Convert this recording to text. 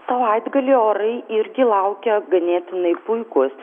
savaitgalį orai irgi laukia ganėtinai puikūs